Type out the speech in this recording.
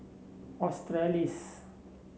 Australis